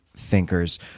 thinkers